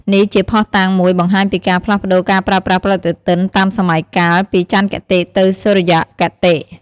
នេះជាភស្តុតាងមួយបង្ហាញពីការផ្លាស់ប្តូរការប្រើប្រាស់ប្រតិទិនតាមសម័យកាល ពីចន្ទគតិទៅសុរិយគតិ។